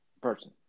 person